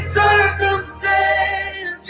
circumstance